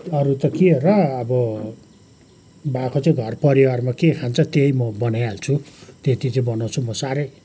अरू त के हो र अब भएको चाहिँ घर परिवारमा के खान्छ त्यही म बनाइहाल्छु त्यति चाहिँ बनाउँछु म साह्रै